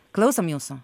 klausom jūsų